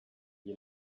you